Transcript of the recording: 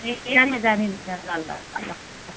ए ल ल ल